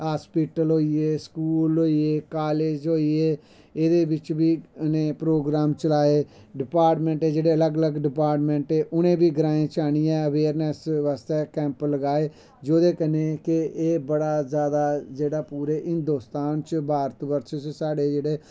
hospital होईये school होईये college होईये एह्दे बिच्च बी इने प्रोगराम चलाए डपार्टमैंट जेह्ड़े लग लग डपार्टमैंट उनें बी ग्राएं च आह्नियैं अवेयरनैस बास्तै कैंप लगाए जेह्दे कन्ने एह् बड़ा जादा जेह्ड़ा पूरे हिन्दोस्तान च भारत बरश च साढ़े जेह्ड़े